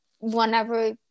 whenever